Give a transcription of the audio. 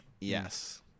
Yes